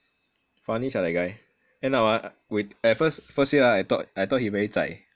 funny sia that guy end up ah we at first first year ah I I thought he very zai